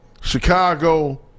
Chicago